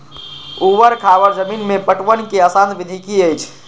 ऊवर खावर जमीन में पटवनक आसान विधि की अछि?